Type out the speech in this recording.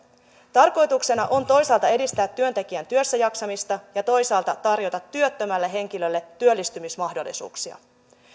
tarkoituksena on toisaalta edistää työtekijän työssäjaksamista ja toisaalta tarjota työttömälle henkilölle työllistymismahdollisuuksia